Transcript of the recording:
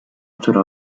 która